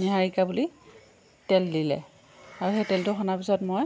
নীহাৰিকা বুলি তেল দিলে আৰু সেই তেলটো সনাৰ পাছত মই